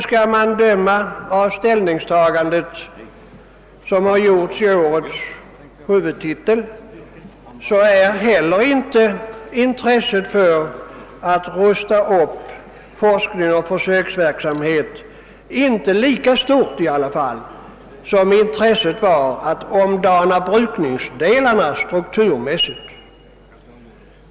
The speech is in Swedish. Skall man döma av de ställningstaganden som gjorts i årets huvudtitel är intresset för att rusta upp forskningen och försöksverksamheten inte lika stort som intresset var när det gällde att omdana brukningsdelarna strukturmässigt.